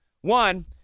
One